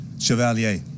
Chevalier